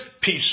peace